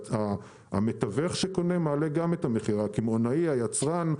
המתווך שקונה, גם מעלה את המחיר, הקמעוני, היצרן.